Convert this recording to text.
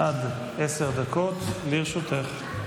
עד עשר דקות לרשותך.